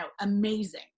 amazing